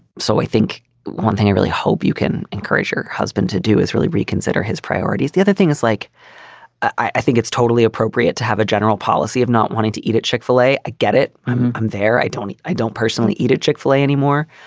so i think one thing i really hope you can encourage your husband to do is really reconsider his priorities. the other thing is like i think it's totally appropriate to have a general policy of not wanting to eat at chick-fil-a. i get it. i'm i'm there. i don't i don't personally eat a chick-fil-a anymore.